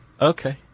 Okay